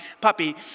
puppy